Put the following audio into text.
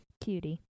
cutie